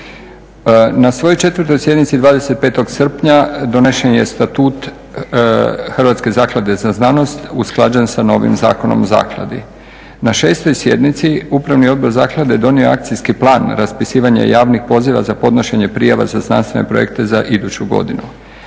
Na svojoj 4. sjednici 25. srpnja donesen je Statut Hrvatske zaklade za znanost usklađen sa novim Zakonom o zakladi. Na 6. sjednici Upravni odbor zaklade donio je Akcijski plan o raspisivanja javnih poziva za podnošenje prijava za znanstvene projekte za iduću godinu.